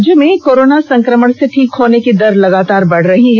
राज्य में कोरोना संकमण से ठीक होने की दर लगातार बढ़ रही है